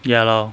ya lor